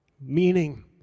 meaning